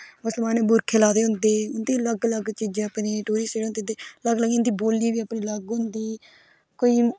मुस्लमाने भुरके लाए दे होंदे उन्दे अलग अळग चीजां अपने टूरिस्ट जेहडे़ होंदे अलग अलग इन्दी बोल्ली बी अपनी अलग होंदी कोई